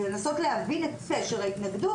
כדי לנסות ולהבין את פשר ההתנגדות.